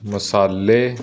ਮਸਾਲੇ